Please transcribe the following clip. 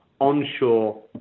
onshore